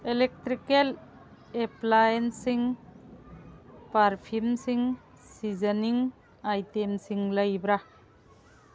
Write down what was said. electrical ꯑꯦꯄ꯭ꯂꯥꯏꯌꯦꯟꯁꯤꯡ ꯄꯥꯔꯐ꯭ꯌꯨꯝꯁꯤꯡ ꯁꯤꯖꯅꯤꯡ ꯑꯥꯏꯇꯦꯝꯁꯤꯡ ꯂꯩꯕ꯭ꯔꯥ